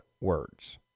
words